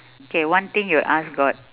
okay one thing you ask God